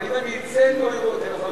אבל אם אני אצא לא יראו אותי.